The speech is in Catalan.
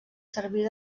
servir